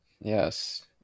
Yes